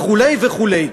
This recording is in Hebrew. וכו' וכו'.